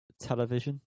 Television